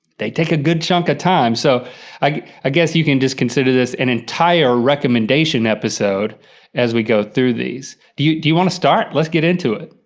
they take a good chunk of time. so i ah guess you can just consider this an entire recommendation episode as we go through these. do you do you want to start? let's get into it.